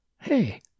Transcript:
Hey